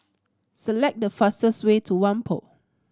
select the fastest way to Whampoa